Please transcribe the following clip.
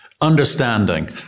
understanding